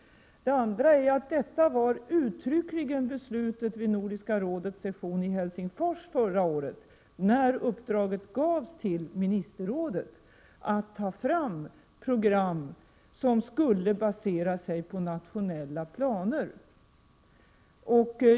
Det andra är att detta uttryckligen var beslutet vid Nordiska rådets session i Helsingfors förra året, när uppdraget gavs till ministerrådet att ta fram program som skulle basera sig på nationella planer.